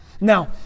Now